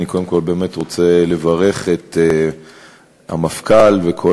אני קודם כול באמת רוצה לברך את המפכ"ל וכל